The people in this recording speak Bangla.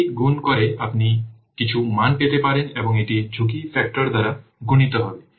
এই গুণ করে আপনি কিছু মান পেতে পারেন এবং এটি ঝুঁকি ফ্যাক্টর দ্বারা গুণিত হবে